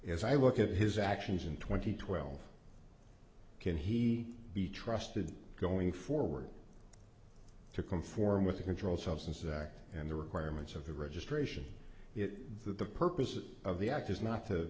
as i look at his actions in twenty twelve can he be trusted going forward to conform with the controlled substances act and the requirements of the registration it that the purpose of the act is not to